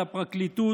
על הפרקליטות,